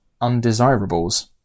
undesirables